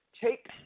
take